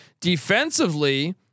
defensively